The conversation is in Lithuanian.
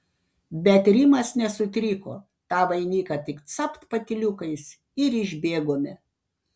bet rimas nesutriko tą vainiką tik capt patyliukais ir išbėgome